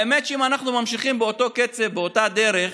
האמת היא שאם אנחנו ממשיכים באותו קצב, באותה דרך,